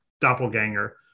doppelganger